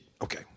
Okay